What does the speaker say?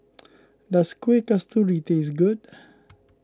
does Kuih Kasturi taste good